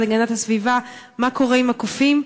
להגנת הסביבה בתוך חודשיים מה קורה עם הקופים,